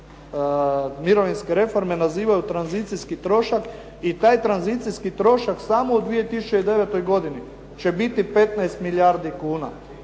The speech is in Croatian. mirovinske reforme nazivaju tranzicijski trošak i taj tranzicijski trošak samo u 2009. godini će biti 15 milijardi kuna.